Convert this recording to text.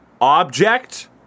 object